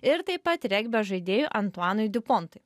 ir taip pat regbio žaidėjui antuanui diu pontui